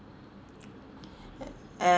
err